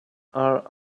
are